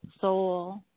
soul